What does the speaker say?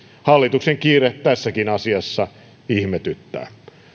hallituksen kiire tässäkin asiassa ihmetyttää